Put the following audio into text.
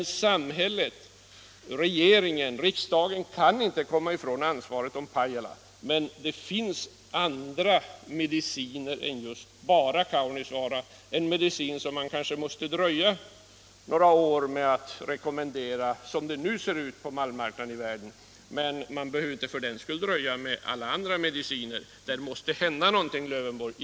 Men samhället, regeringen och riksdagen, kan inte komma ifrån ansvaret för Pajala. Och det finns andra mediciner än just Kaunisvaara —en medicin man kanske måste dröja några år med att rekommendera, som det nu ser ut på malmmarknaden i världen, men man behöver för den skull inte dröja med alla andra mediciner. Det måste hända någonting, herr Lövenborg!